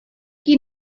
qui